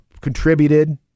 contributed